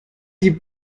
die